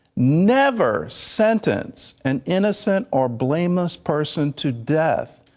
never sentence an innocent or blameless person to death,